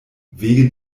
wegen